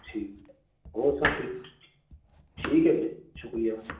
ਠੀਕ ਹੈ ਵੀਰੇ ਸ਼ੁਕਰੀਆ